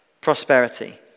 prosperity